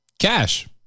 Cash